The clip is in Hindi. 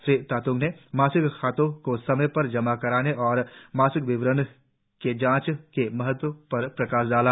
श्री तात्ंग ने मासिक खातों को समय पर जमा करने और मासिक विवरण के जांच के महत्व पर प्रकाश डाला